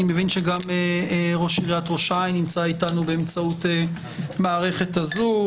אני מבין שגם ראש עיריית ראש העין נמצא איתנו באמצעות מערכת הזום,